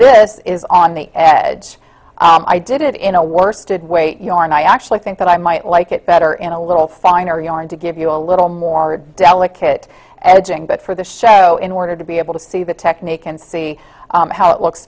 this is on the edge i did it in a worsted weight yarn i actually think that i might like it better in a little finer yarn to give you a little more delicate edging but for the show in order to be able to see the technique and see how it looks